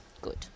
Good